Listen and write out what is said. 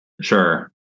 Sure